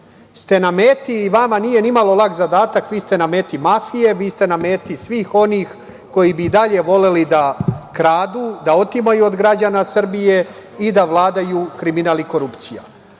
ste na meti i vama nije nimalo lak zadatak, jer vi ste na meti mafije, vi ste na meti svih onih koji bi i dalje voleli da kradu, da otimaju od građana Srbije i da vladaju kriminal i korupcija. Prvi